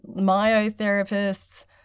myotherapists